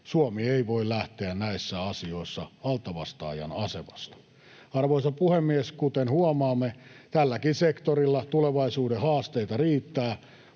Suomi ei voi lähteä näissä asioissa altavastaajan asemasta. Arvoisa puhemies! Kuten huomaamme, tälläkin sektorilla tulevaisuuden haasteita riittää,